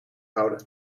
houden